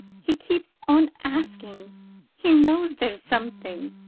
he keeps on asking he knows there's something.